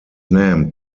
named